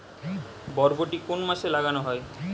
বরবটি কোন মাসে লাগানো হয়?